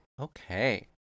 Okay